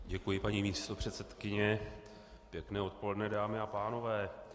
Děkuji, paní místopředsedkyně, pěkné odpoledne, dámy a pánové.